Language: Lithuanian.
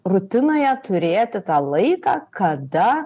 rutinoje turėti tą laiką kada